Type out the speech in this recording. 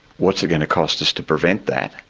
what's it going to cost us to prevent that,